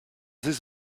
this